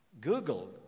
Google